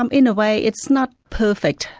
um in a way it's not perfect,